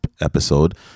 episode